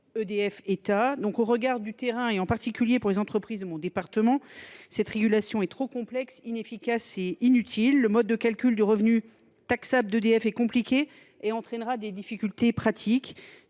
l’État. Cependant, au regard du terrain, et en particulier pour les entreprises de mon département, cette régulation s’avère trop complexe, inefficace et inutile. En effet, le mode de calcul du revenu taxable d’EDF est compliqué et entraînera des difficultés pratiques.